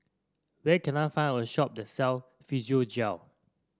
where can I find a shop that sell Physiogel